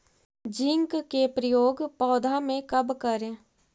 Zinc के प्रयोग पौधा मे कब करे?